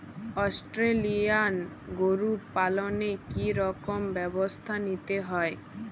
Australian গরু পালনে কি রকম ব্যবস্থা নিতে হয়?